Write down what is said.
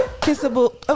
Kissable